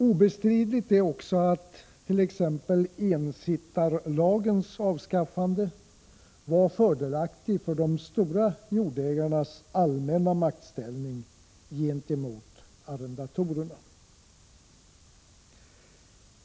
Obestridligt är också att t.ex. ensittarlagens avskaffande var fördelaktig för de stora jordägarnas allmänna maktställning gentemot arrendatorerna.